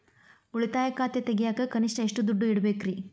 ಉಳಿತಾಯ ಖಾತೆ ತೆಗಿಯಾಕ ಕನಿಷ್ಟ ಎಷ್ಟು ದುಡ್ಡು ಇಡಬೇಕ್ರಿ?